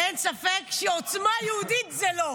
אין ספק שעוצמה יהודית זה לא.